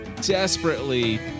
desperately